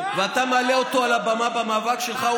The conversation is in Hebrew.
ואתה מעלה אותו על הבמה במאבק שלך.